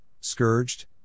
scourged